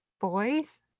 boys